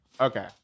okay